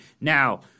Now –